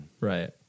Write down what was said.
Right